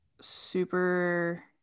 super